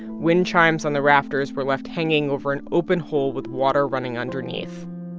wind chimes on the rafters were left hanging over an open hole with water running underneath.